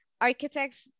Architects